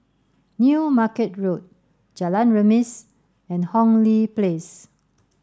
new Market Road Jalan Remis and Hong Lee Place